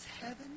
heaven